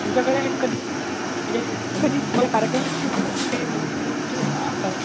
तुमच्याकडे कधी म्हणजे कधी कार्यक्रम असं लागते म्हणजे तुम्ही सांगू शकता